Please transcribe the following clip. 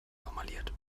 formuliert